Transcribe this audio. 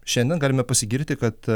šiandien galime pasigirti kad